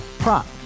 Prop